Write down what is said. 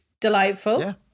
delightful